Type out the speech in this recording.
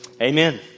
Amen